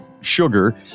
Sugar